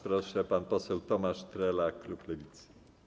Proszę, pan poseł Tomasz Trela, klub Lewicy.